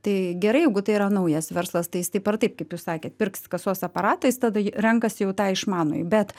tai gerai jeigu tai yra naujas verslas tai jis taip ar taip kaip jūs sakėt pirks kasos aparatą jis tada renkasi jau tą išmanųjį bet